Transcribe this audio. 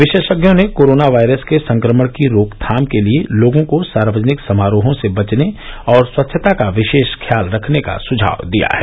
विशेषज्ञों ने corona virus के संक्रमण की रोकथाम के लिए लोगों को सार्वजनिक समारोहों से बचने और स्वच्छता का विशेष ख्याल रखने का सुझाव दिया है